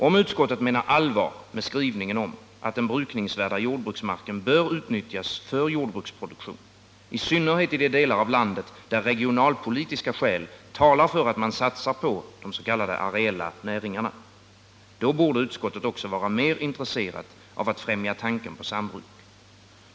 Om utskottet menar allvar med skrivningen om att den brukningsvärda jordbruksmarken bör utnyttjas för jordbruksproduktion, i synnerhet i de delar av landet där regionalpolitiska skäl talar för att man satsar på de s.k. areella näringarna, då borde utskottet också vara mer intresserat av att främja tanken på sambruk.